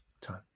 Time